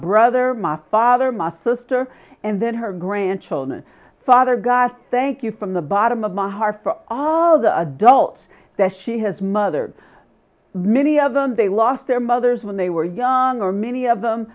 brother my father my sister and then her grandchildren father god thank you from the bottom of my heart for all the adults that she has mothered many of them they lost their mothers when they were young or many of them